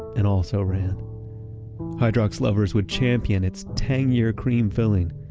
an also-ran. hydrox lovers would champion its tangier cream filling.